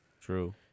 true